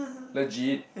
Legit